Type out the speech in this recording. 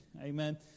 Amen